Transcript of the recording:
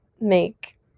make